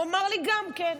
הוא אמר לי גם כן.